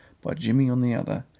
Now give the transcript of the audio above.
by jimmy on the other,